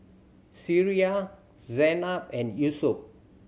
Syirah Zaynab and Yusuf